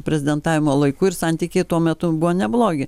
prezidentavimo laiku ir santykiai tuo metu buvo neblogi